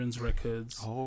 records